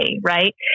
Right